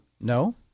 No